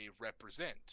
represent